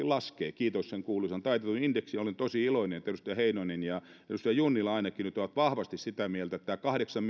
laskee kiitos sen kuuluisan taitetun indeksin olen tosi iloinen että ainakin nyt edustaja heinonen ja edustaja junnila ovat vahvasti sitä mieltä että näissä kahdeksan